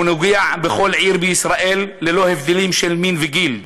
הוא נוגע בכל עיר בישראל, ללא הבדלים של מין וגיל,